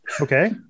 Okay